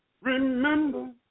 Remember